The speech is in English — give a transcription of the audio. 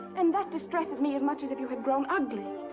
and that distresses me as much as if you had grown ugly! oh,